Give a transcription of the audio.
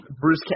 Bruce